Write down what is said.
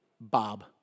Bob